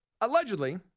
allegedly